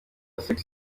sex